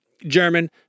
german